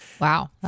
wow